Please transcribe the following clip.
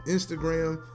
Instagram